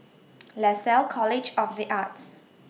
Lasalle College of The Arts